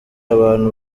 abantu